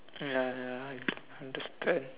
ya ya I understand